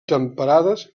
temperades